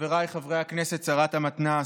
חבריי חברי הכנסת, שרת המתנ"ס,